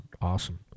Awesome